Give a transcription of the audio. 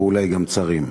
ואולי גם צרים.